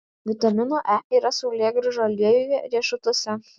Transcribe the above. vitamino e yra saulėgrąžų aliejuje riešutuose